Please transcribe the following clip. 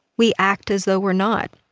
we act as though we're not,